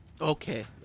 Okay